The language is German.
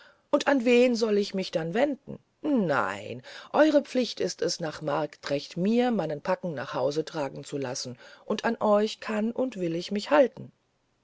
und an wen soll ich mich dann wenden nein eure pflicht ist es nach marktrecht mir meinen pack nach hause tragen zu lassen und an euch kann und will ich mich halten